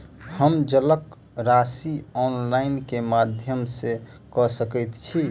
हम जलक राशि ऑनलाइन केँ माध्यम सँ कऽ सकैत छी?